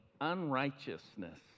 unrighteousness